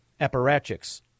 apparatchiks